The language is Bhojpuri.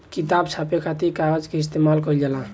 किताब छापे खातिर कागज के इस्तेमाल कईल जाला